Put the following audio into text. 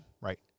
Right